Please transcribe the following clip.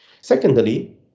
Secondly